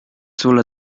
sulle